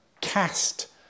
cast